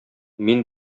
мин